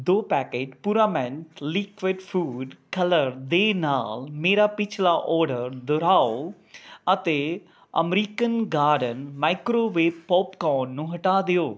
ਦੋ ਪੈਕੇਟ ਪੁਰਾਮੈਟ liquid food colour ਦੇ ਨਾਲ ਮੇਰਾ ਪਿਛਲਾ ਆਰਡਰ ਦੁਹਰਾਓ ਅਤੇ ਅਮਰੀਕਨ ਗਾਰਡਨ ਮਾਈਕ੍ਰੋਵੇਵ ਪੌਪਕੋਨ ਨੂੰ ਹਟਾ ਦਿਓ